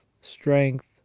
strength